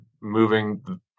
moving